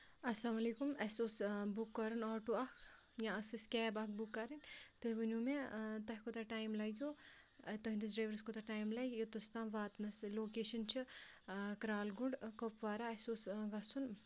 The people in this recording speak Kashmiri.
السلام علیکُم اَسہِ اوس بُک کَرُن آٹو اکھ یا ٲسۍ اَسہِ کیب اکھ بُک کَرٕنۍ تُہۍ ؤنیو مےٚ تۄہہِ کوٗتاہ ٹایم لگیو تُہندِس ڈریورَس کوٗتاہ ٹایم لگہِ یوتَس تام واتنَس لوکیشن چھِ کرال گونڈ کوپوارا اَسہِ اوس گژھُن